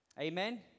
Amen